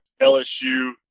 LSU